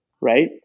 right